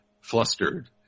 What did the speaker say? flustered